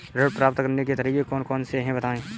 ऋण प्राप्त करने के तरीके कौन कौन से हैं बताएँ?